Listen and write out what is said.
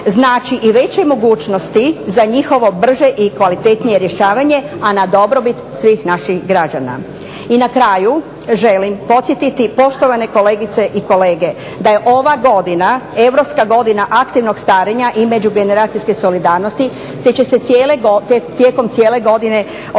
znači i veće mogućnosti za njihovo brže i kvalitetnije rješavanje, a na dobrobit svih naših građana. I na kraju želim podsjetiti poštovane kolegice i kolege da je ova godina europska godina aktivnog starenja i međugeneracijske solidarnosti te će se tijekom cijele godine održavati